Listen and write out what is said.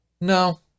No